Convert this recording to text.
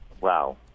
Wow